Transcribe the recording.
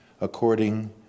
according